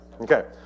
Okay